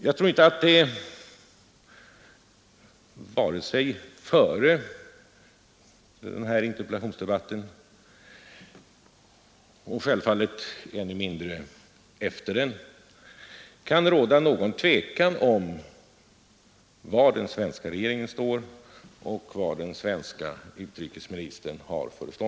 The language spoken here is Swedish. Jag tror inte att det före denna interpellationsdebatt har rått, och självfallet ännu mindre efter debatten kan råda, någon tvekan om var den svenska regeringen står och vilken ståndpunkt som den svenske utrikesministern har intagit.